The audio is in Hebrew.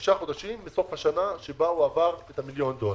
בשישה חודשים מסוף השנה שבה הוא עבר את המיליון דולר.